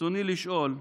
ברצוני לשאול: